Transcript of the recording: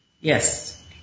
Yes